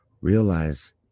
Realize